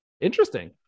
Interesting